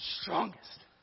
Strongest